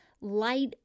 Light